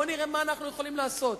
בואו נראה מה אנחנו יכולים לעשות.